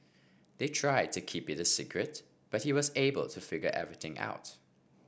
they tried to keep it a secret but he was able to figure everything out